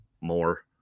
more